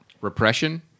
Repression